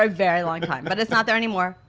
um very long time, but it's not there anymore.